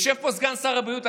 יושב פה סגן שר הבריאות,